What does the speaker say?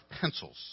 pencils